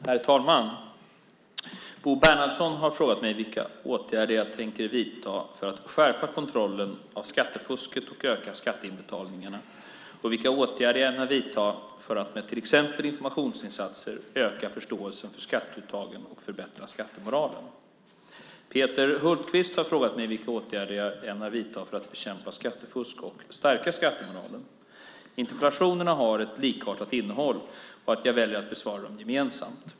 Herr talman! Bo Bernhardsson har frågat mig vilka åtgärder jag tänker vidta för att skärpa kontrollen av skattefusket och öka skatteinbetalningarna och vilka åtgärder jag ämnar vidta för att med till exempel informationsinsatser öka förståelsen för skatteuttagen och förbättra skattemoralen. Peter Hultqvist har frågat vilka åtgärder jag ämnar vidta för att bekämpa skattefusk och stärka skattemoralen. Interpellationerna har ett så likartat innehåll att jag väljer att besvara dem gemensamt.